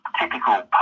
typical